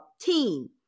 team